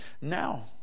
now